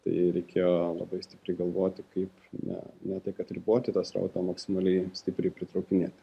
tai reikėjo labai stipriai galvoti kaip ne ne tai kad riboti tą srautą o maksimaliai stipriai pritraukinėti